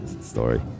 story